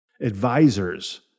Advisors